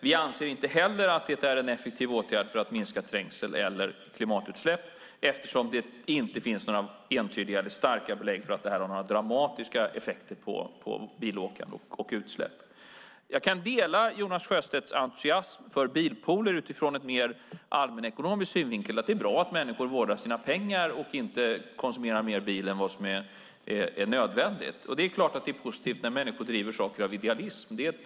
Vi anser inte heller att det är en effektiv åtgärd för att minska trängsel eller klimatutsläpp eftersom det inte finns några entydiga eller starka belägg för att det har några dramatiska effekter på bilåkandet och utsläppen. Jag kan dela Jonas Sjöstedts entusiasm för bilpooler utifrån en mer allmänekonomisk synvinkel. Det är bra att människor vårdar sina pengar och inte konsumerar mer bil än nödvändigt. Det är klart att det är positivt när människor driver saker av idealism.